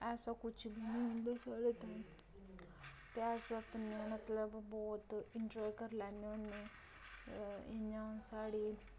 ऐसा कुछ बी नी मतलब इत्थे साढ़ै ताएं ते अस अपने मतलब बहुत इन्जाय करी लैन्ने होन्ने इ'यांं साढ़े